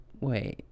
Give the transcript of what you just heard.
wait